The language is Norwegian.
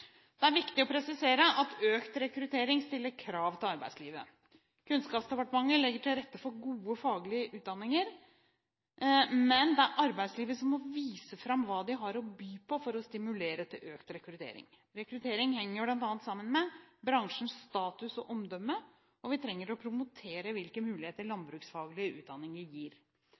Det er viktig å presisere at økt rekruttering stiller krav til arbeidslivet. Kunnskapsdepartementet legger til rette for gode faglige utdanninger, men det er arbeidslivet som må vise fram hva de har å by på for å stimulere til økt rekruttering. Rekruttering henger bl.a. sammen med bransjens status og omdømme, og vi trenger å promotere hvilke muligheter landbruksfaglige utdanninger gir.